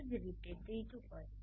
તેવી જ રીતે ત્રીજુ પદ